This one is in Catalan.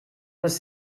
les